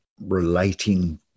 Relating